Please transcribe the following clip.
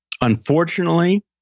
unfortunately